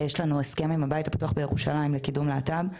יש לנו הסכם עם ׳הבית הפתוח׳ בירושלים לקידום להט״ב,